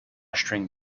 string